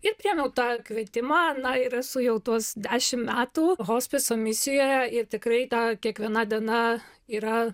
ir priėmiau tą kvietimą na ir esu jau tuos dešim metų hospiso misijoje ir tikrai ta kiekviena diena yra